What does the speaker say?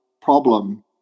problem